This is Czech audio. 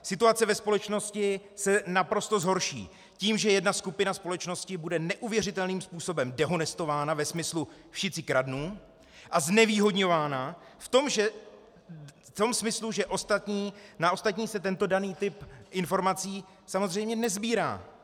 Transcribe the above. Situace ve společnosti se naprosto zhorší tím, že jedna skupina společnosti bude neuvěřitelným způsobem dehonestována ve smyslu všetci kradnú a znevýhodňována v tom smyslu, že na ostatní se tento daný typ informací samozřejmě nesbírá.